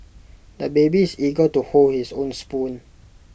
the baby is eager to hold his own spoon